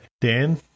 Dan